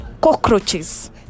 cockroaches